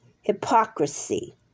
hypocrisy